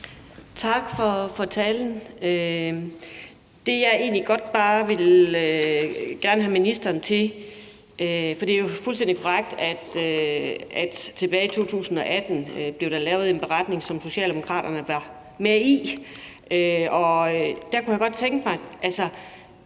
Tak for talen. Det, jeg egentlig godt vil have ministeren til at sige noget om – for det er jo fuldstændig korrekt, at tilbage i 2018 blev der lavet en beretning, som Socialdemokraterne var med i – er, hvad der mere konkret